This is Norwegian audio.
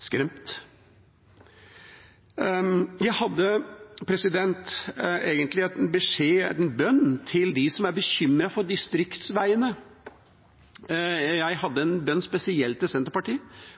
skremt. Jeg hadde egentlig en beskjed, en bønn til dem som er bekymret for distriktsveiene. Jeg hadde en bønn spesielt til Senterpartiet